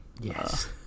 Yes